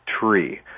tree